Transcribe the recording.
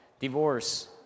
divorce